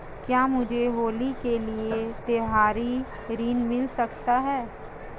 क्या मुझे होली के लिए त्यौहारी ऋण मिल सकता है?